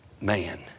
man